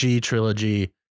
trilogy